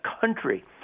country